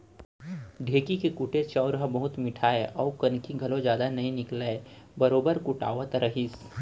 ढेंकी के कुटे चाँउर ह बहुत मिठाय अउ कनकी घलौ जदा नइ निकलय बरोबर कुटावत रहिस